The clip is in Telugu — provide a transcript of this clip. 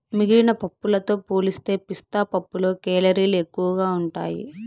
మిగిలిన పప్పులతో పోలిస్తే పిస్తా పప్పులో కేలరీలు ఎక్కువగా ఉంటాయి